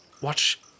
watch